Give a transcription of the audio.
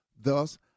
Thus